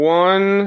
one